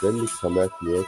בין מתחמי הקניות